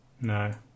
no